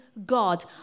God